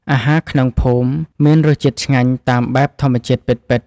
អាហារក្នុងភូមិមានរសជាតិឆ្ងាញ់តាមបែបធម្មជាតិពិតៗ។